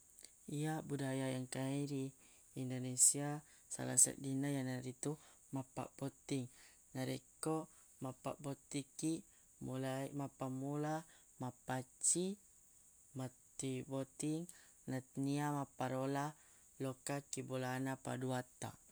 Iya budayae engka e ri indonesia sala seddinna yanaritu mappabbotting narekko mappabbotting kiq mulai- mappammula mappacci mattiwi botting let- nia mapparola lokka ki bolana paduatta.